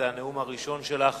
זה הנאום הראשון שלך